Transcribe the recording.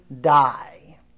die